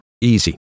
easy